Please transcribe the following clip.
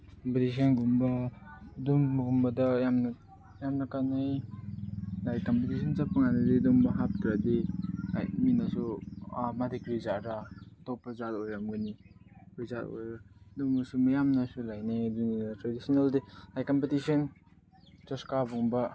ꯀꯝꯄꯤꯇꯤꯁꯟꯒꯨꯝꯕ ꯑꯗꯨꯝꯕꯒꯨꯝꯕꯗ ꯌꯥꯝꯅ ꯌꯥꯝꯅ ꯀꯥꯟꯅꯩ ꯂꯥꯏꯛ ꯀꯝꯄꯤꯇꯤꯁꯟ ꯆꯠꯄꯀꯥꯟꯗꯗꯤ ꯑꯗꯨꯝ ꯍꯥꯞꯇ꯭ꯔꯥꯗꯤ ꯍꯥꯏ ꯃꯤꯅꯁꯨ ꯑꯥ ꯃꯥꯗꯤ ꯀꯔꯤ ꯖꯥꯠꯂꯥ ꯑꯇꯣꯞꯄ ꯖꯥꯠ ꯑꯣꯏꯔꯝꯒꯅꯤ ꯀꯔꯤ ꯖꯥꯠ ꯑꯣꯏꯔꯦ ꯑꯗꯨꯝꯕꯁꯨ ꯃꯌꯥꯝꯅꯁꯨ ꯂꯥꯛꯅꯩ ꯑꯗꯨꯅ ꯇ꯭ꯔꯦꯗꯤꯁꯅꯦꯜꯗꯤ ꯂꯥꯏꯛ ꯀꯝꯄꯤꯇꯤꯁꯟ ꯆꯔꯁ ꯀꯥꯕꯒꯨꯝꯕ